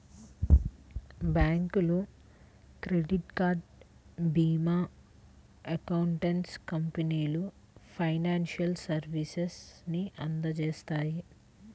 బ్యాంకులు, credit card, భీమా, accountancy కంపెనీలు ఫైనాన్షియల్ సర్వీసెస్ ని అందిత్తాయి